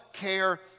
care